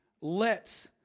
let